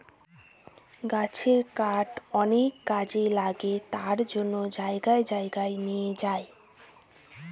গাছের কাঠ অনেক কাজে লাগে তার জন্য জায়গায় জায়গায় নিয়ে যায়